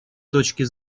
точки